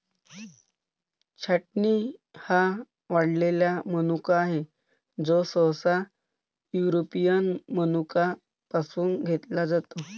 छाटणी हा वाळलेला मनुका आहे, जो सहसा युरोपियन मनुका पासून घेतला जातो